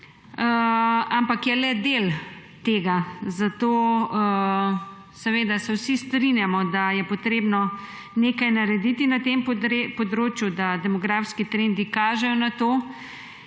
ampak je le del tega. Zato se seveda vsi strinjamo, da je potrebno nekaj narediti na tem področju, da demografski trendi kažejo na to